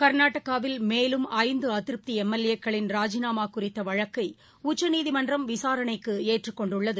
கர்நாடகாவில் மேலும் ஐந்து அதிருப்தி எம்எல்ஏக்களின் ராஜினாமாகுறித்தவழக்கைஉச்சநீதிமன்றம் விசாரணைக்குஏற்றுக் கொண்டுள்ளது